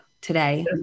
today